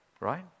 right